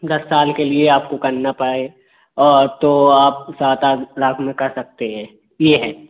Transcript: दस साल के लिए आपको करना पड़े तो आप सात आठ लाख में कर सकते हैं ये है